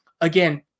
again